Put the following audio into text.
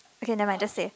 okay never mind just say